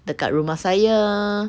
dekat rumah saya